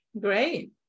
Great